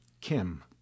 Kim